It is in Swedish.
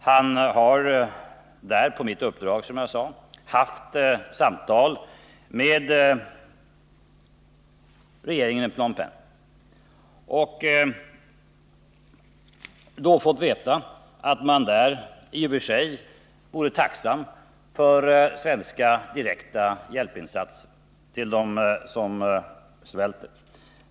Han har där på mitt uppdrag haft samtal med regeringen i Phnom Penh och då fått veta att man i och för sig vore tacksam för svenska direkta hjälpinsatser till dem som svälter.